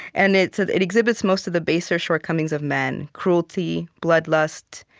and it said, it exhibits most of the baser shortcomings of men cruelty, bloodlust,